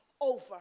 over